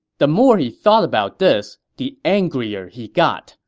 the more he thought about this, the angrier he got,